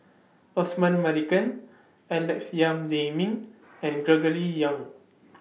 Osman Merican Alex Yam Ziming and Gregory Yong